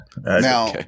Now